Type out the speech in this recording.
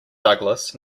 douglas